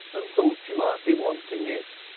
and thought you might be wanting it.